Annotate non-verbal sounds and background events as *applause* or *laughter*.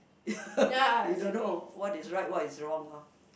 *laughs* you don't know what is right what is wrong lor